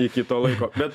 iki to laiko bet